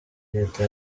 leta